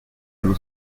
allo